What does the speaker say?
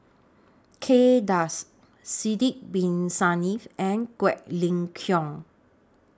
Kay Das Sidek Bin Saniff and Quek Ling Kiong